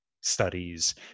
studies